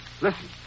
Listen